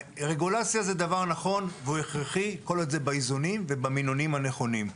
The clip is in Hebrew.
רגולציה זה דבר נכון והוא הכרחי כל עוד זה באיזונים ובמינונים הנכונים.